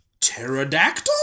pterodactyl